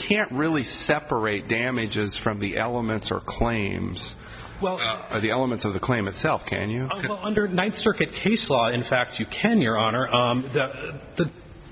can't really separate damages from the elements or claims of the elements of the claim itself can you under the ninth circuit case law in fact you can your honor the